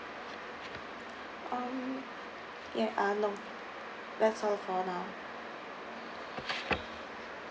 um ya uh no that's all for now